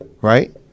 Right